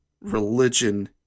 religion